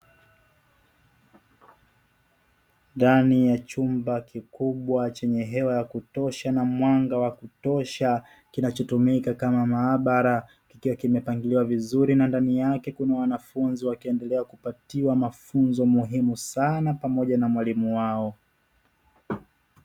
Ndani ya chumba kikubwa chenye hewa ya kutosha na mwanga wa kutosha kinachotumika kama maabara kikiwa kimepangiliwa vizuri na ndani yake kuna wanafunzi wakiendelea kupatiwa mafunzo muhimu sana pamoja na mwalimu wao.